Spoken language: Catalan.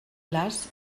les